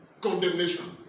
condemnation